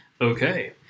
Okay